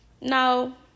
No